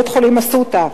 בבית-חולים "אסותא".